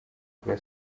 rwa